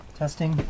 testing